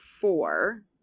four